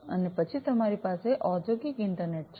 અને પછી તમારી પાસે ઔદ્યોગિક ઇન્ટરનેટ છે